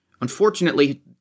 unfortunately